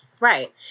Right